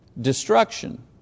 destruction